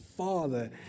Father